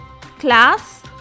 class